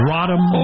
Rodham